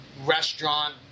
restaurant